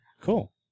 Cool